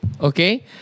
okay